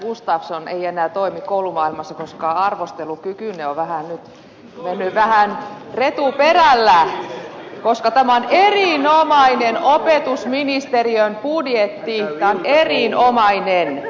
gustafsson ei enää toimi koulumaailmassa koska arvostelukykynne on vähän nyt retuperällä koska tämä on erinomainen opetusministeriön budjetti tämä on erinomainen